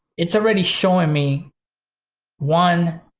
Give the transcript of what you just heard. it's already showing me one,